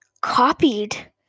copied